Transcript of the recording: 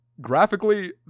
graphically